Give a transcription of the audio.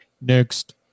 Next